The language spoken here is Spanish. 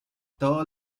todos